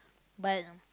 but